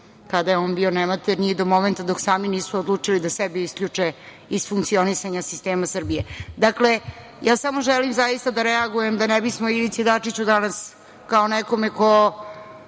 kada je on bio nematernji, do momenta dok sami nisu odlučili da sebe isključe iz funkcionisanja sistema Srbije. Dakle, samo želim zaista da reagujem, da ne bismo Ivici Dačiću danas, kao nekome ko